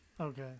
Okay